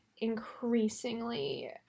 increasingly